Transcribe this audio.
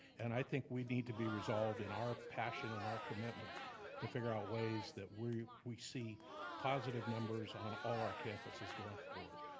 and i think we need to be resolved in our passion and our commitment to figure out ways that we we see positive numbers on all our campuses going forward.